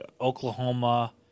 Oklahoma